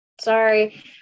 Sorry